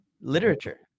Literature